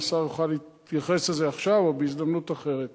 אם השר יוכל להתייחס לזה עכשיו או בהזדמנות אחרת.